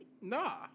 Nah